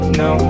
no